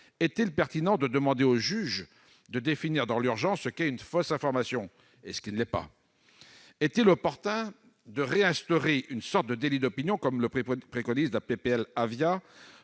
est-il pertinent de demander au juge de définir dans l'urgence ce qu'est une « fausse information » et ce qui ne l'est pas ? Est-il opportun de réinstaurer une sorte de délit d'opinion comme le préconise la